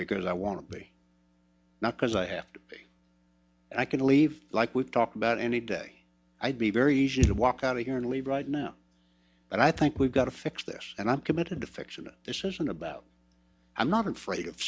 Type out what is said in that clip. because i want to be not because i have to be i can leave like we've talked about any day i'd be very easy to walk out of here and leave right now but i think we've got to fix this and i'm committed to fictional decision about i'm not afraid of